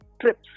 trips